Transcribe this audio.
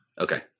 Okay